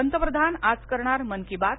पंतप्रधान आज करणार मन की बात